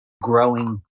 growing